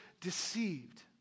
deceived